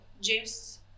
James